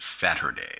Saturday